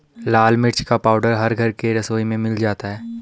लाल मिर्च का पाउडर हर घर के रसोई में मिल जाता है